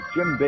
Jim